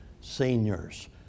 seniors